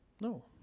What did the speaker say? No